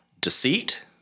Deceit